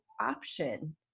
option